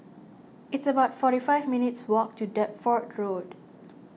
it's about forty five minutes' walk to Deptford Road